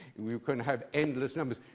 you can have endless numbers.